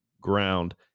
ground